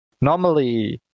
normally